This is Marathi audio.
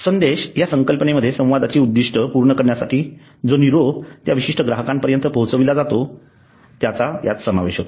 संदेश या संकल्पनेमध्ये संवादाची उद्दिष्टे पूर्ण करण्यासाठी जो निरोप त्या विशिष्ट ग्राहकांपर्यंत पोहचविला जातो त्याचा समावेश होतो